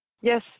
Yes